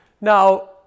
Now